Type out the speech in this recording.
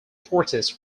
forces